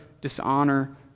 dishonor